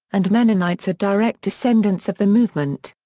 and mennonites are direct descendants of the movement.